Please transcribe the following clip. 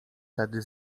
tedy